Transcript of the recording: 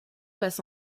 passe